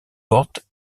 portes